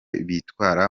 bitwara